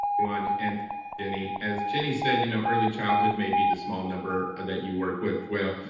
one, and jenny. as jenny said, you know, early childhood may be the small number that you work with. well,